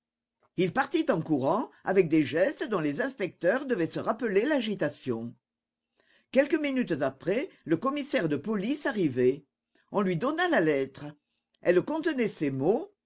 il partit en courant avec des gestes dont les inspecteurs devaient se rappeler l'agitation quelques minutes après le commissaire de police arrivait on lui donna la lettre elle contenait ces mots